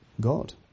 God